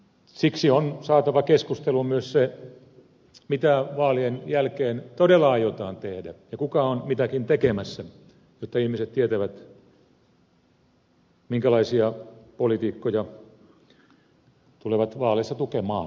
siksi on saatava keskusteluun myös se mitä vaalien jälkeen todella aiotaan tehdä ja kuka on mitäkin tekemässä jotta ihmiset tietävät minkälaisia poliitikkoja tulevat vaaleissa tukemaan